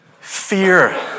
Fear